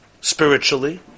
Spiritually